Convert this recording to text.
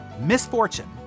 misfortune